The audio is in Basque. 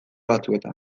batzuetan